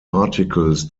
articles